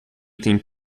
tem